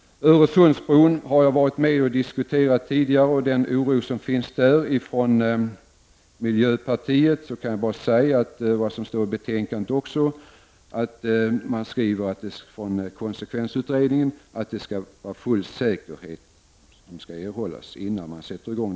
Jag har tidigare diskuterat Öresundsbron och den oro som finns från miljöpartiet. Om detta kan jag säga, vilket också står i betänkandet, att det av de konsekvensutredningar som framlagts framgår att full säkerhet skall erhållas innan man sätter i gång.